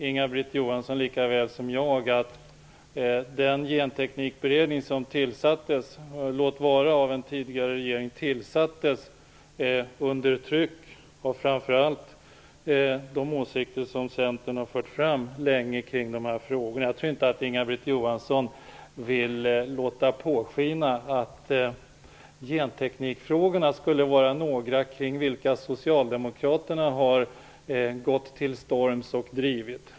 Inga-Britt Johansson vet lika väl som jag att den genteknikberedning som tillsattes, låt vara av en tidigare regering, tillsattes under tryck av framför allt de åsikter som Centern länge har fört fram kring de här frågorna. Jag tror inte att Inga-Britt Johansson vill låta påskina att genteknikfrågorna skulle vara frågor som Socialdemokraterna har gått till storms för att driva.